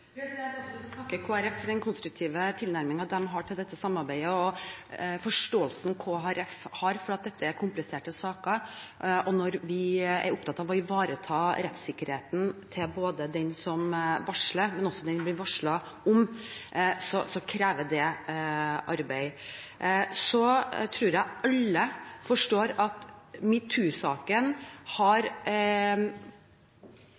takke Kristelig Folkeparti for den konstruktive tilnærmingen de har til dette samarbeidet, og forståelsen Kristelig Folkeparti har for at dette er kompliserte saker. Når vi er opptatt av å ivareta rettssikkerheten både til den som varsler, og til den det blir varslet om, krever det arbeid. Jeg tror alle forstår at metoo-saken har